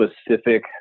specific